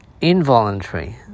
involuntary